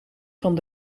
van